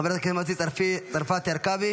חברת הכנסת מטי צרפתי הרכבי,